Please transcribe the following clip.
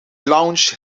launched